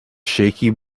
shaky